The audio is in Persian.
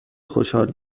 خوشحال